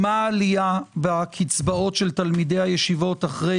מה העלייה בקצבאות של תלמידי הישיבות אחרי